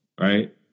Right